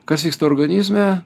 kas vyksta organizme